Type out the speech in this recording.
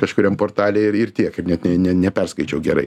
kažkuriam portale ir ir tiek ir net ne ne neperskaičiau gerai